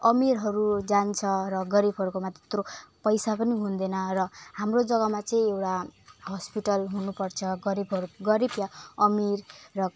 अमिरहरू जान्छ र गरिबहरूकोमा त्यत्रो पैसा पनि हुँदैन र हाम्रो जगामा चाहिँ एउटा हस्पिटल हुनु पर्छ गरिबहरू गरिब वा अमिर र